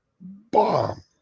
bomb